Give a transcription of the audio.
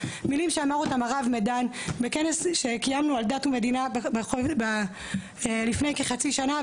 אבל לצטט מילים שאמר הרב מידן בכנס שקיימנו על דת ומדינה לפני כחצי שנה.